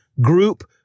group